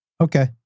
Okay